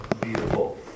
beautiful